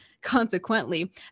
consequently